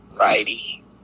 Righty